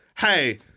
hey